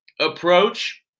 approach